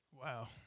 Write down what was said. Wow